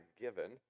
given